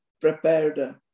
prepared